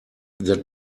that